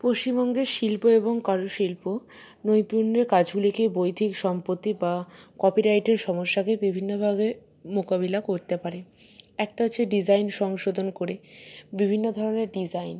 পশ্চিমবঙ্গের শিল্প এবং কারুশিল্প নৈপুণ্যের কাজগুলিকে বৈদিক সম্পত্তি বা কপিরাইটের সমস্যাকে বিভিন্ন ভাগে মোকাবিলা করতে পারে একটা হচ্ছে ডিজাইন সংশোধন করে বিভিন্ন ধরনের ডিজাইন